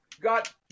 got